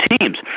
teams